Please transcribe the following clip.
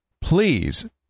please